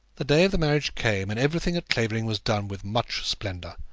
the day of the marriage came, and everything at clavering was done with much splendour.